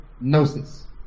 gnosis